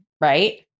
right